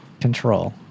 Control